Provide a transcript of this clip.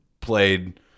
played